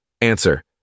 Answer